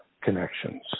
connections